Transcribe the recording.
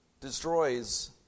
destroys